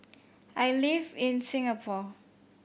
I live in Singapore